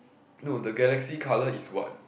no the galaxy colour is what